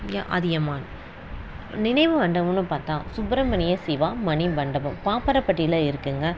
யா அதியமான் நினைவு மண்டபம்னு பார்த்தா சுப்பிரமணிய சிவா மணி மண்டபம் பாப்பரப்பட்டியில் இருக்குங்க